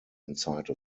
inside